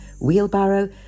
wheelbarrow